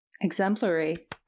Exemplary